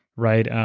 right?